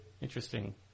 Interesting